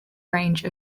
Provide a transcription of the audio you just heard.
range